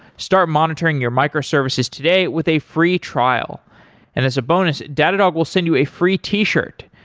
start monitoring your microservices today with a free trial, and as a bonus, datadog will send you a free t-shirt.